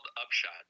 Upshot